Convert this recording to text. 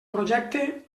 projecte